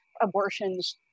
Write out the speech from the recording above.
abortions